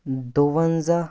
دُونٛزاہ